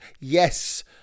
Yes